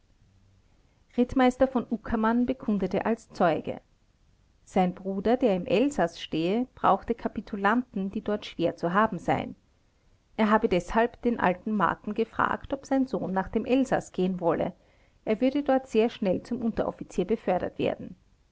rittmeister v uckermann bekundete als zeuge sein bruder der im elsaß stehe brauchte kapitulanten die dort schwer zu haben seien er habe deshalb den alten marten gefragt ob sein sohn nach dem elsaß gehen wolle er würde dort sehr schnell zum unteroffizier befördert werden